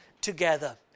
together